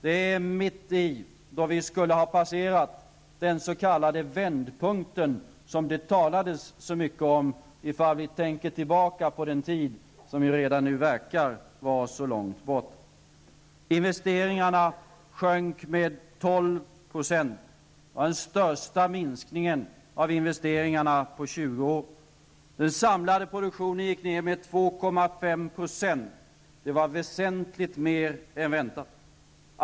Det är då vi skulle ha passerat den s.k. vändpunkten som det talades så mycket om, när vi tänker tillbaka på den tid som redan nu verkar att vara så långt borta. Investeringarna sjönk med 12 %. Det var den största minskningen av investeringarna på 20 år. Det var väsentligt mer än väntat.